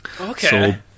Okay